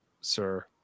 Sir